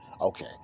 Okay